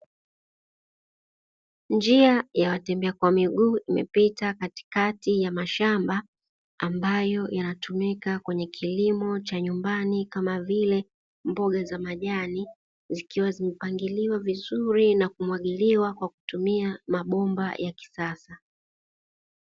Njia ya watembea kwa miguu imepita katikati ya mashamba, ambayo yanatumika kwenye kilimo cha nyumbani kama vile: mboga za majani, zikiwa zimepangiliwa vizuri na kumwagiliwa kwa kutumia mabomba ya kisasa.